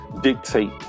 dictate